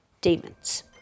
Demons